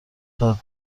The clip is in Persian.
داد